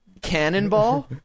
Cannonball